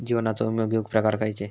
जीवनाचो विमो घेऊक प्रकार खैचे?